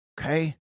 Okay